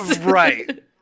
Right